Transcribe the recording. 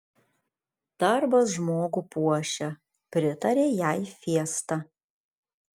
darbas žmogų puošia pritarė jai fiesta